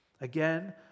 Again